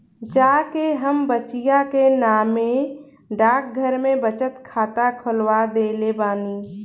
जा के हम बचिया के नामे डाकघर में बचत खाता खोलवा देले बानी